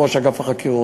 ראש אגף החקירות.